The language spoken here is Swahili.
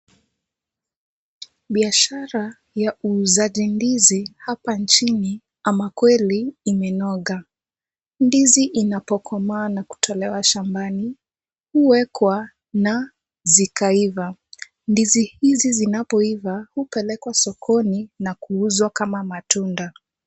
Biashara ya uuzaji ndizi hapa nchini ama kweli imenoga. Ndizi inapokomaa na kutolewa shambani huwekwa na zikaiva. Ndizi hizi zinapoiva hupelekwa sokoni na kuuzwa kama matunda.